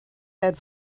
had